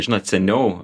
žinot seniau